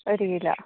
ഒരു കിലോ